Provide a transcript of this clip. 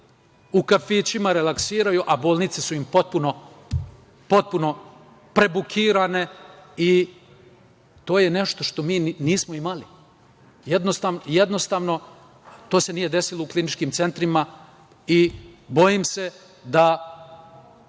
u kafićima relaksiraju a bolnice su im potpuno prebukirane. To je nešto što mi nismo imali. Jednostavno, to se nije desilo u kliničkim centrima. Bojim se da,